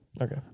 Okay